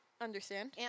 Understand